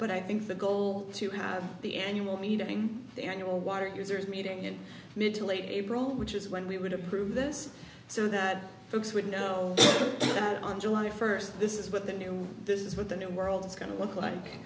but i think the goal to have the annual meeting the annual water users meeting in mid to late april which is when we would approve this so that folks would know that on july first this is what they knew this is what the new world is going to look like